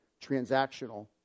Transactional